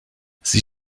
sie